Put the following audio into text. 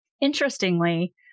Interestingly